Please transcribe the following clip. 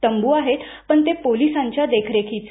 तंबु आहेत पण ते पोलीसांच्या देखरेखीसाठीचे